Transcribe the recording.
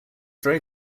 very